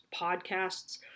podcasts